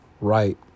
right